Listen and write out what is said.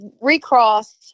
recross